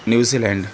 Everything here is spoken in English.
New Zealand